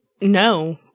No